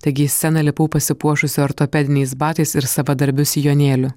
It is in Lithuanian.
taigi į sceną lipau pasipuošusi ortopediniais batais ir savadarbiu sijonėliu